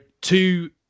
two